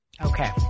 Okay